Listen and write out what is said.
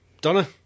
Donna